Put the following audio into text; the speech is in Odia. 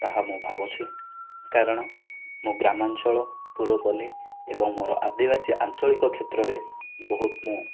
ତାହା ମୁଁ ଭାବୁଛି କାରଣ ମୁଁ ଗ୍ରାମାଞ୍ଚଳ ପୁରପଲ୍ଲୀ ଏବଂ ମୋ'ର ଆଦିବାସୀ ଆଞ୍ଚଳିକ କ୍ଷେତ୍ରରେ ବହୁତ ମୁଁ